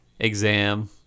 Exam